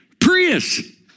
Prius